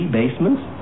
basements